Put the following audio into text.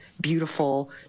beautiful